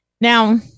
Now